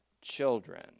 children